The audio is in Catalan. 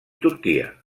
turquia